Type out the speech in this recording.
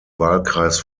wahlkreis